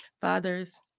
fathers